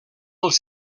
els